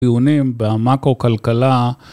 טיעונים במאקרו כלכלה